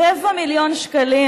רבע מיליון שקלים